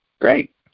Great